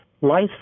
Life